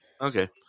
okay